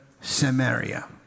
Samaria